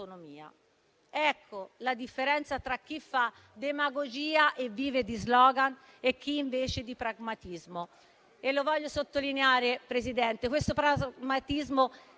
Ecco la differenza tra chi fa demagogia e vive di *slogan* e chi, invece, di pragmatismo.